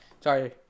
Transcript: sorry